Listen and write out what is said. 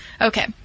Okay